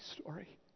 story